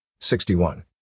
61